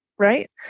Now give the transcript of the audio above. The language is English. right